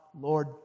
Lord